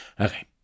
Okay